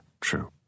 true